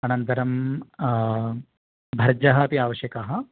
अनन्तरं भर्जः अपि आवश्यकः